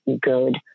good